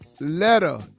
letter